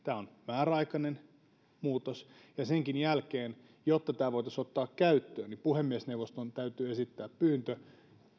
tämä on määräaikainen muutos ja senkin jälkeen jotta tämä voitaisiin ottaa käyttöön puhemiesneuvoston täytyy esittää pyyntö